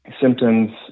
symptoms